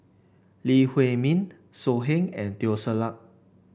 Lee Huei Min So Heng and Teo Ser Luck